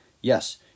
Yes